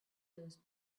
those